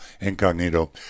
Incognito